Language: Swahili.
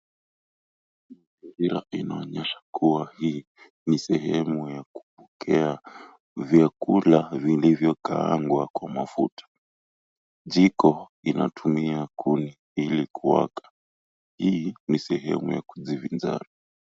Mazingira inaonesha kuwa hii ni sehemu ya kupokea vyakula vilivyokaangwa kwa mafuta. Jiko linatumia kuni ili kuwaka. Hii ni sehemu ya kujivinjari.